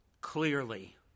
clearly